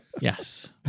Yes